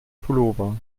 pullover